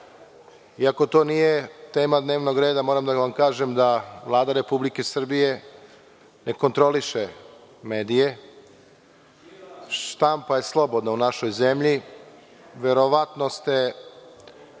iako to nije tema dnevnog reda. Moram da vam kažem da Vlada Republike Srbije ne kontroliše medije. Štampa je slobodna u našoj zemlji, verovatno ste